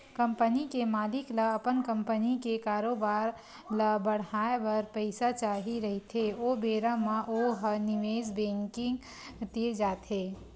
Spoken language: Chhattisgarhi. कंपनी के मालिक ल अपन कंपनी के कारोबार ल बड़हाए बर पइसा चाही रहिथे ओ बेरा म ओ ह निवेस बेंकिग तीर जाथे